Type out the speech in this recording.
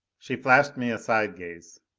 she flashed me a side gaze.